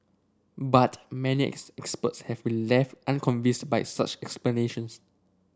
but many is experts have been left unconvinced by such explanations